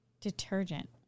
Detergent